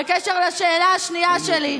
בקשר לשאלה השנייה שלי.